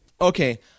okay